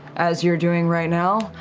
as you're doing right now.